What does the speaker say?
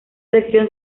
sección